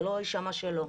שלא יישמע שלא,